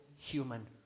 human